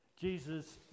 Jesus